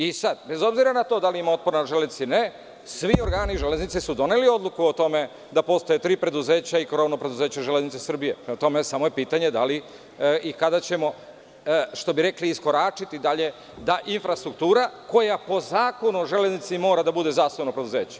I sad, bez obzira na to da li ima otpora na železnici ili ne svi organi železnice su doneli odluku o tome da postoje tri preduzeća i krovno preduzeće „Železnice“ Srbije, prema tome samo je pitanje da li i kada ćemo, što bi rekli iskoračiti dalje, da infrastruktura koja po Zakonu o železnici mora da bude zasebno preduzeće.